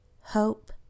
Hope